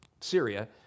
Syria